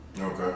Okay